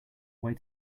way